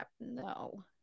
No